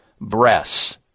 breasts